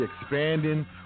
expanding